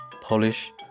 Polish